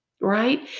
Right